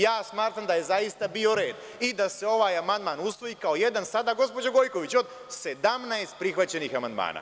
Ja smatram da je zaista bio red i da se ovaj amandman usvoji kao jedan sada, gospođo Gojković, od 17 prihvaćenih amandmana.